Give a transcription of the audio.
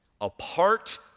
Apart